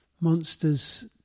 monsters